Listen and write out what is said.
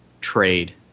trade